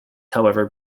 however